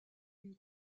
une